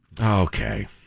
Okay